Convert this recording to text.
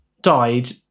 died